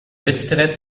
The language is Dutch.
wedstrijd